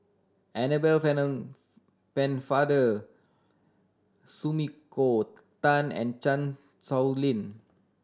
Annabel Pennefather Sumiko Tan and Chan Sow Lin